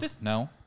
No